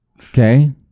Okay